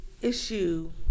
issue